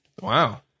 Wow